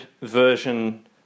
version